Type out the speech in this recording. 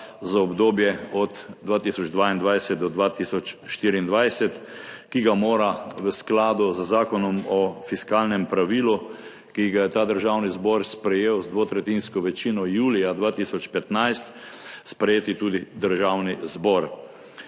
za obdobje od 2022 do 2024, ki ga mora v skladu z Zakonom o fiskalnem pravilu, ki ga je Državni zbor sprejel z dvotretjinsko večino julija 2015, sprejeti tudi Državni zbor.